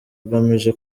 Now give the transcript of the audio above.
agamije